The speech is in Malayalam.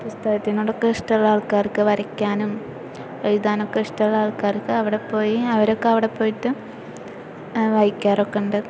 പുസ്തകത്തോട് ഒക്കെ ഇഷ്ടമുള്ള ആള്ക്കാര്ക്ക് വരയ്ക്കാനും എഴുതാനൊക്കെ ഇഷ്ടമുള്ള ആള്ക്കാര്ക്ക് അവിടെ പോയി അവരൊക്കെ അവിടെ പോയിട്ട് വായിക്കാറൊക്കെ ഉണ്ട്